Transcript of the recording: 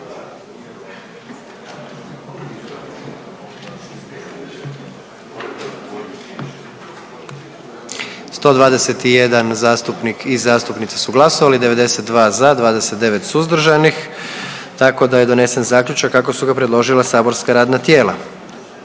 144 zastupnica i zastupnika je glasovalo, 76 za, 10 suzdržanih i 29 protiv tako da je donesen zaključak kako su ga predložila saborska radna tijela.